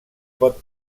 pot